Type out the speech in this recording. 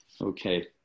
Okay